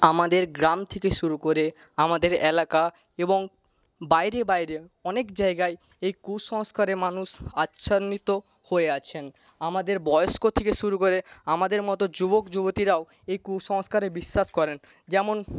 আমাদের গ্রাম থেকে শুরু করে আমাদের এলাকা এবং বাইরে বাইরে অনেক জায়গায় এই কুসংস্কারে মানুষ আচ্ছান্নিত হয়ে আছেন আমাদের বয়স্ক থেকে শুরু করে আমাদের মত যুবক যুবতীরাও এই কুসংস্কারে বিশ্বাস করেন যেমন